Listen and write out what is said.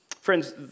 Friends